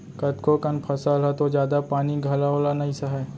कतको कन फसल ह तो जादा पानी घलौ ल नइ सहय